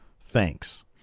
thanks